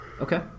Okay